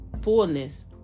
fullness